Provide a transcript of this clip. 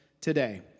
today